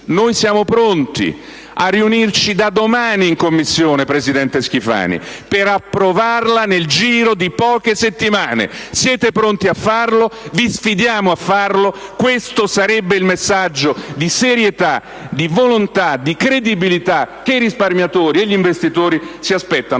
Noi siamo pronti a riunirci da domani in Commissione, presidente Schifani, per approvarla nel giro di poche settimane. Voi siete pronti a farlo? Vi sfidiamo a farlo. Questo sarebbe il messaggio di volontà, di serietà e di credibilità che i risparmiatori e gli investitori si aspettano.